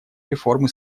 реформы